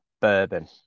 bourbon